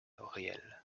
réelle